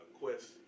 quest